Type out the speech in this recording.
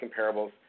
comparables